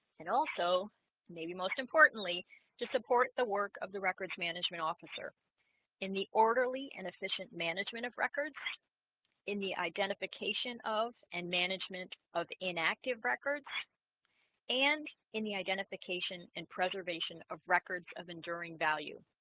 and also maybe most importantly to support the work of the records management officer in the orderly and efficient management of records in the identification of and management of inactive records and in the identification and preservation of records of enduring value